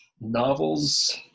novels